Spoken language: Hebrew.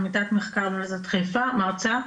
עמיתת מחקר באוניברסיטת חיפה, מרצה.